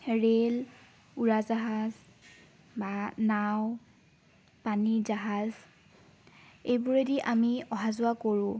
rail উৰাজাহাজ বা নাও পানীজাহাজ এইবোৰেদি আমি অহা যোৱা কৰোঁ